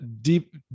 deep